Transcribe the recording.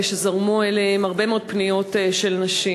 וזרמו אליהם הרבה מאוד פניות של נשים,